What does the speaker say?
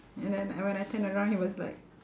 and then I when I turn around he was like